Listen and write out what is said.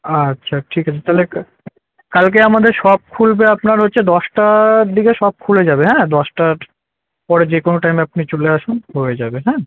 আচ্ছা ঠিক আছে থালে কা কালকে আমাদের শপ খুলবে আপনার হচ্ছে দশটার দিগে শপ খুলে যাবে হ্যাঁ দশটার পরে যে কোনো টাইমে আপনি চলে আসুন হয়ে যাবে হ্যাঁ